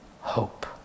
hope